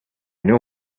know